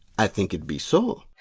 i think it be so.